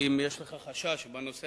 אם יש לך או למציעים